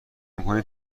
میکنی